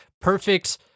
perfect